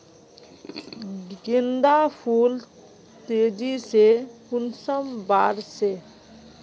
गेंदा फुल तेजी से कुंसम बार से?